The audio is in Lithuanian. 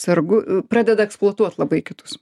sergu pradeda eksploatuot labai kitus